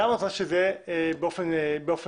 למה את רוצה שזה יהיה באופן דיפולטיבי.